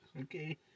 Okay